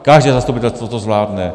Každé zastupitelstvo to zvládne.